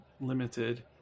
Limited